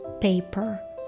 paper